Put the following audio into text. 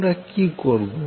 আমরা কী করব